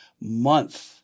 month